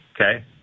Okay